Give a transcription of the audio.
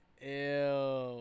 Ew